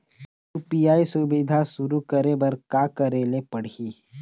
UPI सुविधा शुरू करे बर का करे ले पड़ही?